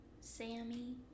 Sammy